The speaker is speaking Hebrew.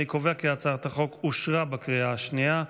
אני קובע כי הצעת החוק אושרה בקריאה השנייה.